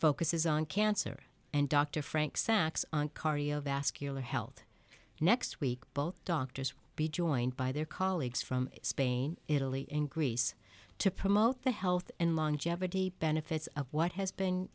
focuses on cancer and dr frank sacks on cardiovascular health next week both doctors will be joined by their colleagues from spain italy and greece to promote the health and longevity benefits of what has been